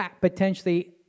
potentially